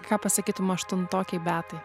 ką pasakytum aštuntokei beatai